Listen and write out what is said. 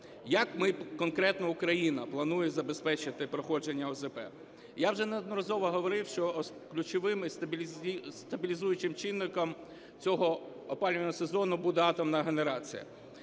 Як ми, конкретно Україна планує забезпечити проходження ОЗП. Я вже неодноразово говорив, що ключовим стабілізуючим чинником цього опалювального сезону буде атомна генерація.